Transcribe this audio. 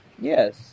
Yes